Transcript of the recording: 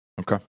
okay